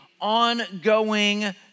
ongoing